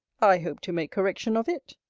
i hope to make correction of it.